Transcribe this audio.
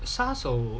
杀手